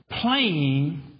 playing